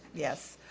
yes.